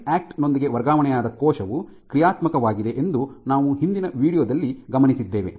ಲೈಫ್ಯಾಕ್ಟ್ ನೊಂದಿಗೆ ವರ್ಗಾವಣೆಯಾದ ಕೋಶವು ಕ್ರಿಯಾತ್ಮಕವಾಗಿದೆ ಎಂದು ನಾವು ಹಿಂದಿನ ವೀಡಿಯೊ ದಲ್ಲಿ ಗಮನಿಸಿದ್ದೇವೆ